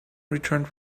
returned